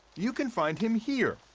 you can find him here,